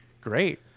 Great